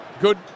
good